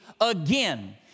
again